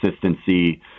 consistency